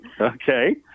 Okay